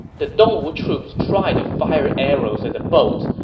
the dongwu troops tried to fire arrows at the boats,